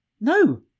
No